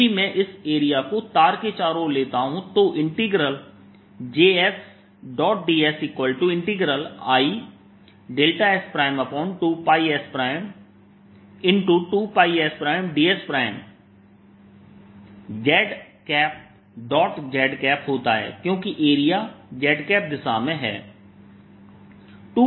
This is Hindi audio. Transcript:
यदि मैं इस एरिया को तार के चारों ओर लेता हूं तो Js dsIs2s2sds z z होता है क्योंकि एरिया z दिशा में है